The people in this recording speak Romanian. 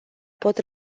pot